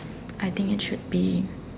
I think it should be